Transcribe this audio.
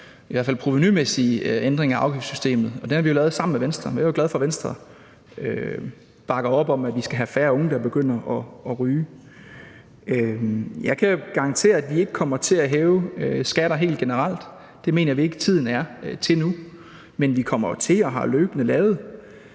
i hvert fald provenumæssige ændring af afgiftssystemet, og den har vi jo lavet sammen med Venstre. Jeg er glad for, at Venstre bakker op om, at vi skal have færre unge, der begynder at ryge. Jeg kan garantere, at vi ikke kommer til at hæve skatter helt generelt. Det mener vi ikke tiden er til nu, men vi kommer jo til at lave og har løbende lavet